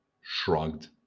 shrugged